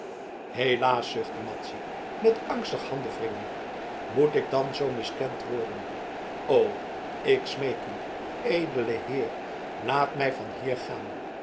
helaas zuchtte madzy met angstig handenwringen moet ik dan zoo miskend worden o ik smeek u edele heer laat mij van hier gaan